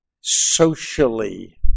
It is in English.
socially